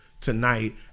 tonight